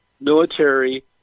military